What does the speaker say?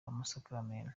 amasakaramentu